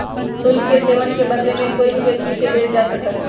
शुल्क के सेववन के बदले में कोई भी व्यक्ति के देल जा सका हई